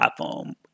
iPhone